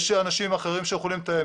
יש אנשים אחרים שיכולים לתאם.